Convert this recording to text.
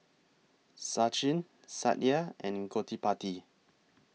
Sachin Satya and Gottipati